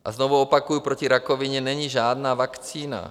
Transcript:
A znovu opakuji, proti rakovině není žádná vakcína.